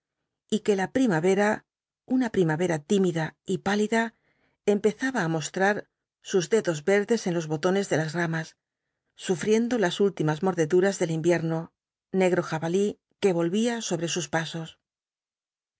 y que la primavera una primavera tímida y pálida empezaba á mostrar sus dedos verdes en los botones de las ramas sufriendo las últimas mordeduras del invierno negro jabalí que volvía sobre sus pasos